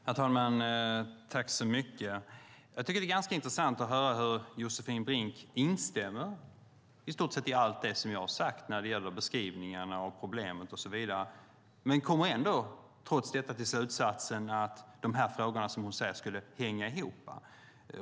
Herr talman! Det är ganska intressant att höra hur Josefin Brink instämmer i stort sett i allt det som jag har sagt när det gäller beskrivningarna av problemet och så vidare. Men trots det kommer hon fram till slutsatsen att dessa frågor skulle hänga ihop.